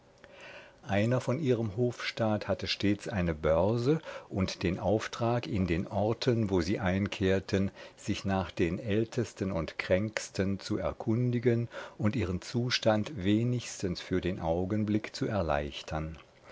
einer von ihrem hofstaat hatte stets eine börse und den auftrag in den orten wo sie einkehrten sich nach den ältesten und kränksten zu erkundigen und ihren zustand wenigstens für den augenblick zu erleichtern